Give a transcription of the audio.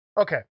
Okay